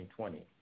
2020